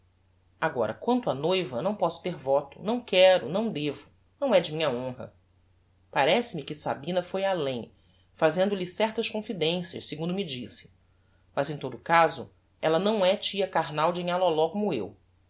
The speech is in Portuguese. agora quanto á noiva não posso ter voto não quero não devo não é de minha honra parece-me que sabina foi além fazendo-lhe certas confidencias segundo me disse mas em todo caso ella não é tia carnal de nhã loló como eu